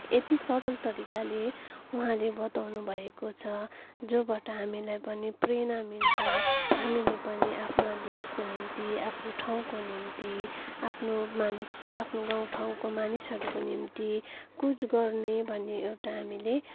यति सरल तरिकाले उहाँहरूले बताउनु भएको छ जसबाट हामीलाई पनि प्रेरणा मिल्छ हामीले पनि आफ्ना देशको निम्ति आफ्नो ठाउँको निम्ति आफ्नो मानिस आफ्नो गाउँ ठाउँको मानिसहरूको निम्ति कुछ गर्ने भन्ने एउटा हामीले